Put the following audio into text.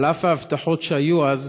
על אף ההבטחות שהיו אז,